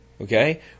Okay